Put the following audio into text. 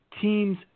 Teams